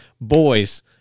boys